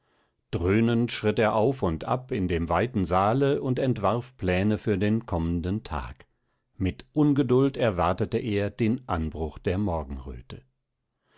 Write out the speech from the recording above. dröhnend schritt er auf und ab in dem weiten saale und entwarf pläne für den kommenden tag mit ungeduld erwartete er den anbruch der morgenröte